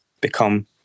become